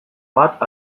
bat